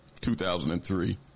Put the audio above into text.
2003